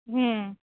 ಹ್ಞೂ